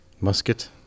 Musket